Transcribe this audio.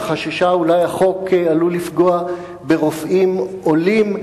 שחששה אולי שהחוק עלול לפגוע ברופאים עולים,